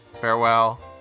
farewell